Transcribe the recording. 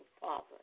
Father